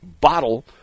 bottle